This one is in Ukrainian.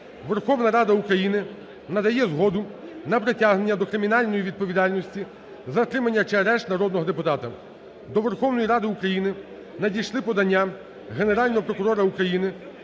Верховної Ради України надає згоду на притягнення до кримінальної відповідальності, затримання чи арешт народного депутата. До Верховної Ради України надійшли подання Генерального прокурора України